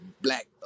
black